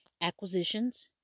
acquisitions